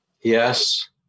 Yes